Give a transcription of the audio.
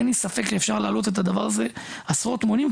אין לי ספק שאפשר להעלות את הדבר הזה עשרות מונים.